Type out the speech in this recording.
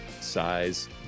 size